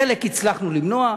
חלק הצלחנו למנוע,